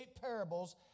parables